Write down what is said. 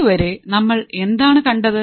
ഇതു വരെ നമ്മൾ എന്താണ് കണ്ടത്